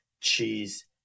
cheese